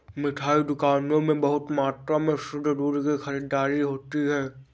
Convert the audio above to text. मिठाई दुकानों में बहुत मात्रा में शुद्ध दूध की खरीददारी होती है